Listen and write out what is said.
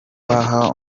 waha